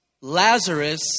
Lazarus